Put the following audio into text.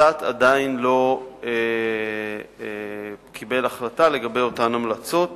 ות"ת עדיין לא קיבלה החלטה לגבי אותן המלצות